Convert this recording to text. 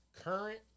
current